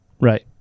Right